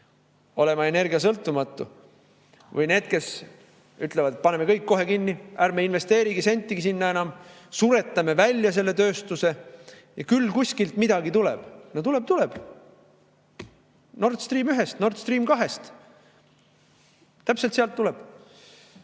olema energiasõltumatu? Või need, kes ütlevad, et paneme kõik kohe kinni, ärme investeerime sinna enam sentigi, suretame välja selle tööstuse ja küll kuskilt midagi tuleb? No tuleb, tuleb! Nord Stream 1‑st, Nord Stream 2‑st, täpselt sealt tuleb.